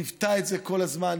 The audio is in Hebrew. ליוותה את זה כל הזמן,